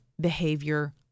behavior